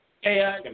Hey